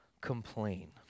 complain